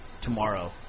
Tomorrow